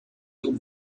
loop